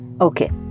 Okay